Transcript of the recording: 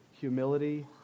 humility